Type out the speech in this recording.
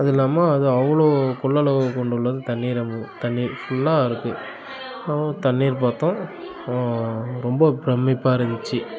அதுவும் இல்லாமல் அது அவ்வளோ கொள்ளளவு கொண்டுள்ளது தண்ணீர் அவ் தண்ணீர் ஃபுல்லாக இருக்குது அப்றம் தண்ணீர் பார்த்தோம் ரொம்ப பிரமிப்பாக இருந்துச்சு